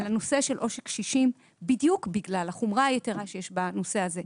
על הנושא של עושק קשישים בדיוק בגלל החומרה היתרה שיש בנושא הזה.